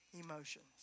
emotions